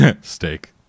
Steak